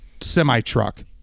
semi-truck